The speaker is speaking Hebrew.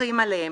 מפקחים עליהם.